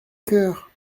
cœur